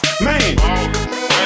man